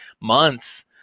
months